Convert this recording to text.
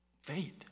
faith